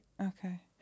Okay